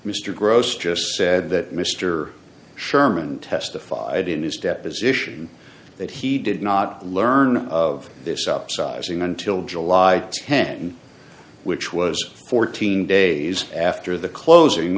mr gross just said that mr sherman testified in his deposition that he did not learn of this upsizing until july ten which was fourteen days after the closing